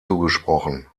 zugesprochen